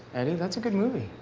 eddie. that's a good movie.